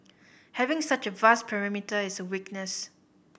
having such a vast perimeter is a weakness